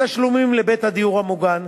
התשלומים לבית הדיור המוגן,